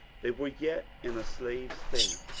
they were yet in a slave state,